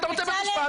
אתה רוצה בבית המשפט,